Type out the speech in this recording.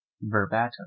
verbatim